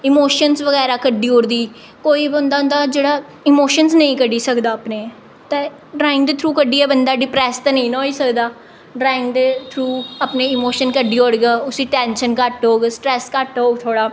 emotions बगैरा कड्ढी ओड़दी कोई बंदा होंदा जेह्ड़ा इमोशन्स नेईं कड्ढी सकदा अपने ते ड्राइंग दे थ्रू कड्ढियै बंदा डिप्रैस्स ते नेईं ना होई सकदा ड्राइंग दे थ्रू अपने इमोशन कड्ढी ओड़ग उस्सी टैंशन घट्ट होग स्ट्रैस्स घट्ट होग थोह्ड़ा